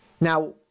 Now